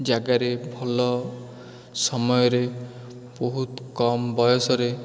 ଜାଗାରେ ଭଲ ସମୟରେ ବହୁତ କମ ବୟସରେ